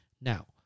Now